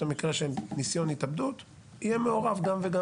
המקרה של ניסיון התאבדות: שיהיו מעורבים בו גם,